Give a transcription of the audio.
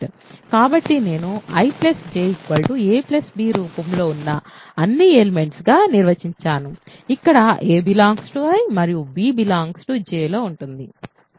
కాబట్టి నేను I J a b రూపం లో ఉన్న అన్ని ఎలిమెంట్స్ గా నిర్వచిస్తాను ఇక్కడ a I మరియు b J లో ఉంటుంది